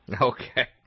Okay